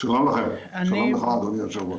שלום לכם, שלום לך, אדוני היושב-ראש.